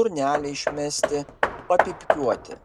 burnelę išmesti papypkiuoti